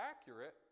accurate